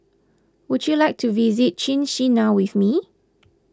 would you like to visit Chisinau with me